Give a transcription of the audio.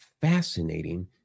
fascinating